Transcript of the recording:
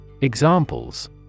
Examples